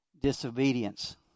disobedience